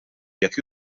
jekk